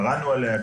קראנו עליה,